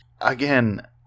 again